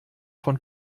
von